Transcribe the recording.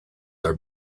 are